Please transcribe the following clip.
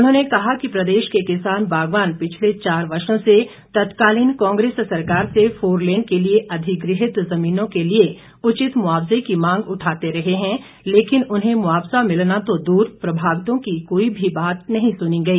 उन्होंने कहा कि प्रदेश के किसान बागवान पिछले चार वर्षो से तत्कालीन कांग्रेस सरकार से फोरलेन के लिए अधिगृहित जमीनों के लिए उचित मुआवजे की मांग उठाते रहे हैं लेकिन उन्हें मुआवजा मिलना तो दूर प्रभावितों की कोई भी बात नहीं सुनी गई